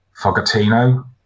Fogatino